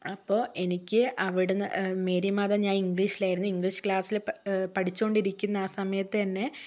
അപ്പൊൾ എനിക്ക് അവിടുന്ന് മേരിമാതാ ഞാൻ ഇംഗ്ലീഷിൽ ആയിരുന്നു ഇംഗ്ലീഷ് ക്ലാസില് പഠിച്ച കൊണ്ടിരിക്കുന്ന ആ സമയത്ത് എന്നെ